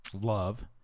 love